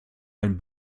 einen